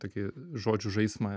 tokį žodžių žaismą